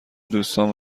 دوستان